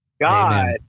God